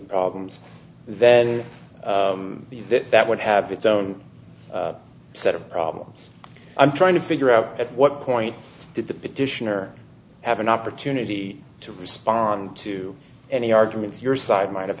problems then that would have its own set of problems i'm trying to figure out at what point did the petitioner have an opportunity to respond to any arguments your side might have